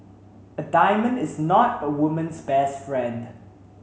a diamond is not a woman's best friend